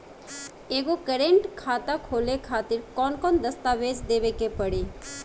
एगो करेंट खाता खोले खातिर कौन कौन दस्तावेज़ देवे के पड़ी?